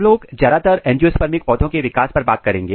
हम लोग ज्यादातर एंजियोस्पर्मिक पौधों के विकास पर बात करेंगे